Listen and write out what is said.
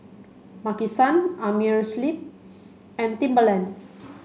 Maki San Amerisleep and Timberland